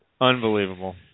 Unbelievable